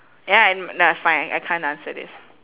ya and nah fine I can't answer this